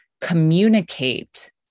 communicate